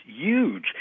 huge